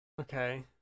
Okay